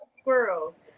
squirrels